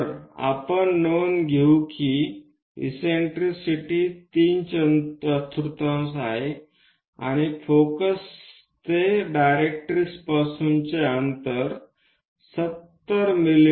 तर आपण नोंद घेऊ की इससेन्ट्रिसिटी तीन चतुर्थांश आहे आणि फोकससाठी डायरेक्ट्रिक्सपासून 70 मि